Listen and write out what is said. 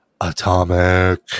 Atomic